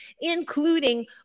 including